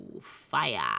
fire